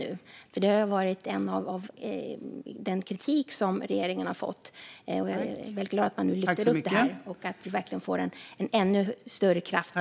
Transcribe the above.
Det har nämligen varit en del av den kritik regeringen har fått, och jag är glad att man nu lyfter upp det här - och att vi får ännu större kraft bakom klimatomställningen.